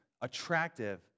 attractive